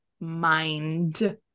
mind